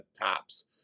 tops